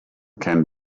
can